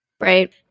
Right